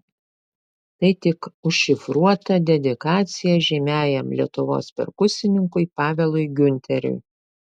tai tik užšifruota dedikacija žymiajam lietuvos perkusininkui pavelui giunteriui